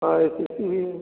अरे C P